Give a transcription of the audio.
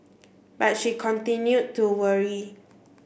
but she continued to worry